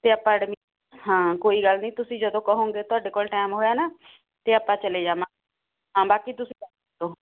ਅਤੇ ਆਪਾਂ ਐਡਮੀ ਹਾਂ ਕੋਈ ਗੱਲ ਨਹੀਂ ਤੁਸੀਂ ਜਦੋਂ ਕਹੋਗੇ ਤੁਹਾਡੇ ਕੋਲ ਟੈਮ ਹੋਇਆ ਨਾ ਤਾਂ ਆਪਾਂ ਚਲੇ ਜਾਵਾਂਗੇ ਹਾਂ ਬਾਕੀ ਤੁਸੀਂ ਦੱਸ ਦਿਓ